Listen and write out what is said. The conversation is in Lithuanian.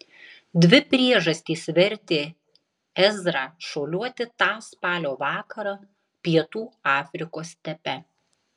dvi priežastys vertė ezrą šuoliuoti tą spalio vakarą pietų afrikos stepe